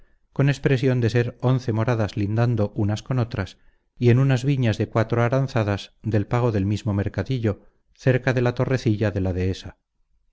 con expresión de ser once moradas lindando unas con otras y en unas viñas de cuatro aranzadas del pago del mismo mercadillo cerca de la torrecilla de la dehesa